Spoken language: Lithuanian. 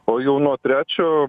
o jau nuo trečio